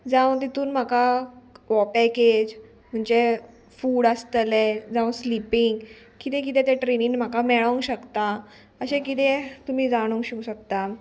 जावं तितून म्हाका हो पॅकेज म्हणजे फूड आसतले जावं स्लीपींग किदें किदें तें ट्रेनीन म्हाका मेळोंक शकता अशें किदें तुमी जाणूंक शक शकता